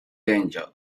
danger